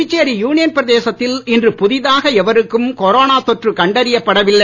Puducherry union பிரதேசத்தில் இன்று புதிதாக எவருக்கும் கொரோனா தொற்று கண்டறியப்படவில்லை